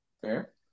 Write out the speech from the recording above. fair